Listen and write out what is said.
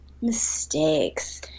mistakes